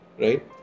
right